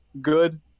good